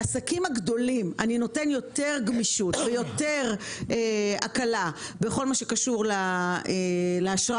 לעסקים הגדולים אני נותן יותר גמישות ויותר הקלה בכל מה שקשור לאשראי,